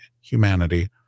humanity